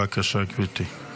בבקשה, גברתי.